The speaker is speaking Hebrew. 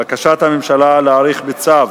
בקשת הממשלה להאריך בצו